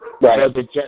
Right